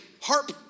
harp